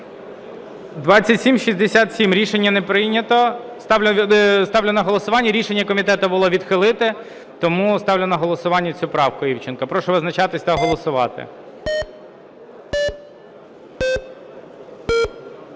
2767 – рішення не прийнято. Ставлю на голосування. Рішення комітету було відхилити, тому ставлю на голосування цю правку Івченка. Прошу визначатись та голосувати.